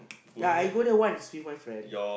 ya I go there once with my friend